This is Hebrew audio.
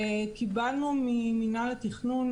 קיבלנו ממנהל התכנון,